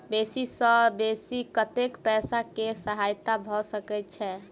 बेसी सऽ बेसी कतै पैसा केँ सहायता भऽ सकय छै?